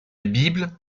bible